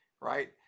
right